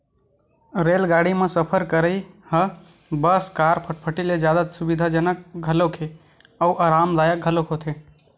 रेलगाड़ी म सफर करइ ह बस, कार, फटफटी ले सुबिधाजनक घलोक हे अउ अरामदायक घलोक होथे